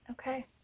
Okay